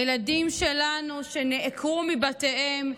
הילדים שלנו שנעקרו מבתיהם,